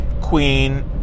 Queen